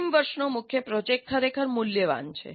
અંતિમ વર્ષનો મુખ્ય પ્રોજેક્ટ ખરેખર મૂલ્યવાન છે